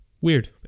Weird